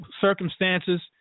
circumstances